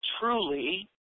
truly